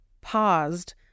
paused